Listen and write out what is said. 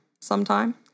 sometime